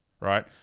right